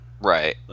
Right